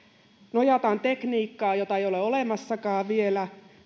nojataan tekniikkaan jota ei ole olemassakaan vielä